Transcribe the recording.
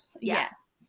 Yes